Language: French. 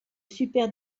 super